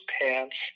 pants